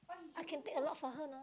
I can take a lot for her